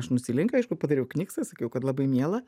aš nusilenkiau aišku padariau kniksą sakiau kad labai miela